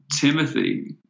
Timothy